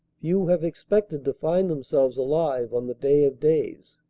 few have expected to find themselves alive on the day of days.